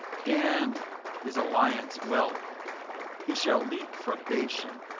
dan is a lion's whelp he shall leap from bashan.